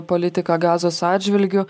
politiką gazos atžvilgiu